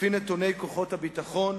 לפי נתוני כוחות הביטחון,